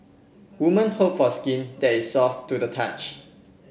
women hope for skin that is soft to the touch